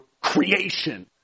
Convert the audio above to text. creation